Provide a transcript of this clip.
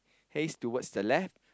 hays towards the left